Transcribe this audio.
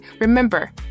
remember